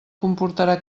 comportarà